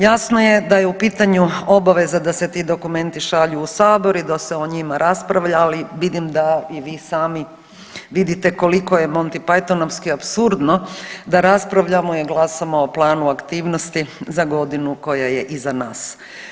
Jasno je da je u pitanju obaveza da se ti dokumenti šalju u sabor i da se o njima raspravlja, ali vidim da i vi sami vidite koliko je to montipajtonovski apsurdno da raspravljamo i glasamo o planu aktivnosti za godinu koja je iza nas.